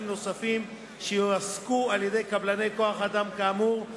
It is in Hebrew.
נוספים שיועסקו על-ידי קבלני כוח-אדם כאמור,